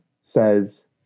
says